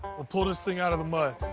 we'll pull this thing out of the mud.